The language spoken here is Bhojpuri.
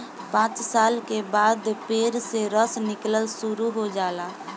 पांच साल के बाद पेड़ से रस निकलल शुरू हो जाला